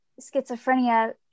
schizophrenia